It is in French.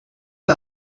pas